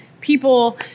people